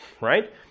right